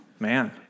man